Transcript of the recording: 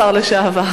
התשע"א